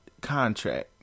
contract